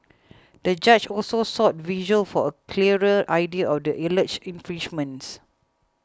the judge also sought visuals for a clearer idea of the alleged infringements